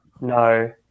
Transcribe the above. no